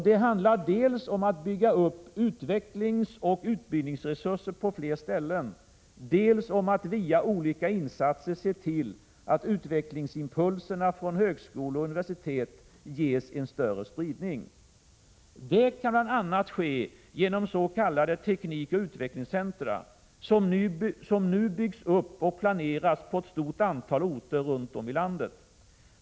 Det handlar dels om att bygga upp utvecklingsoch utbildningsresurser på fler ställen, dels om att via olika insatser se till att utvecklingsimpulserna från högskolor och universitet ges en större spridning. Det kan bl.a. ske genom s.k. teknikoch utvecklingscentra, som nu byggs upp och planeras på ett stort antal orter runt om i landet.